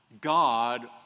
God